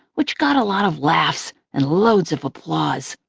which got a lot of laughs and loads of applause,